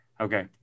okay